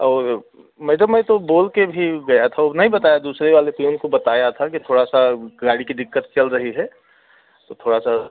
और मैडम मैं तो बोल के भी गया था वो नहीं बताया दूसरे वाले पियून को बताया था कि थोड़ा सा गाड़ी की दिक्कत चल रही है तो थोड़ा सा